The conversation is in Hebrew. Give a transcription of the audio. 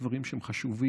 דברים שהם חשובים,